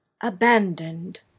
Abandoned